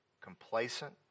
complacent